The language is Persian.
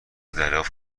دریافت